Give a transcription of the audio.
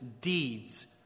deeds